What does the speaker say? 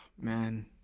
man